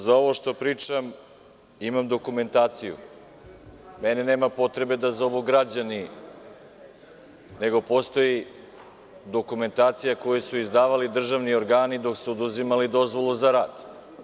Za ovo što pričam imam dokumentaciju, mene nema potrebe da zovu građani, nego postoji dokumentacija koju su izdavali državni organi, dok su oduzimali dozvolu za rad.